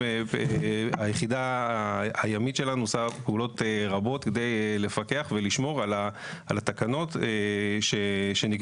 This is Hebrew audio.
היחידה הימית שלנו עושה פעולות רבות כדי לפקח ולשמור על התקנות שנקבעו.